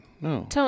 no